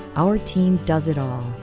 our team does it all,